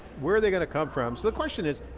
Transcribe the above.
where are they going to come from? so the question is,